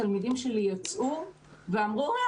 התלמידים שלי יצאו ואמרו 'או,